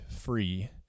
free